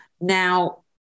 Now